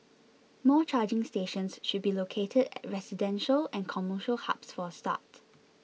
more charging stations should be located at residential and commercial hubs for a start